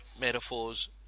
metaphors